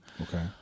Okay